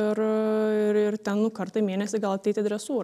ir ir ir ten nu kartą į mėnesį gal ateit į dresūrą